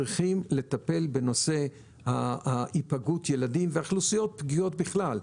ואנחנו צריכים לטפל בנושא היפגעות ילדים ואוכלוסיות פגיעות בכלל.